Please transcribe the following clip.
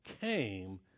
came